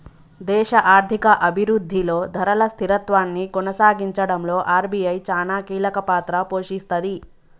దేశ ఆర్థిక అభిరుద్ధిలో ధరల స్థిరత్వాన్ని కొనసాగించడంలో ఆర్.బి.ఐ చానా కీలకపాత్ర పోషిస్తది